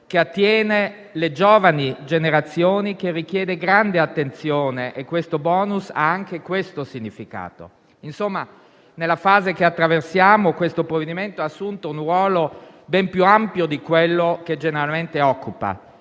che attiene alle giovani generazioni che richiede grande attenzione e il *bonus* ha anche questo significato. Insomma, nella fase che stiamo attraversando, questo provvedimento ha assunto un ruolo ben più ampio di quello che generalmente occupa.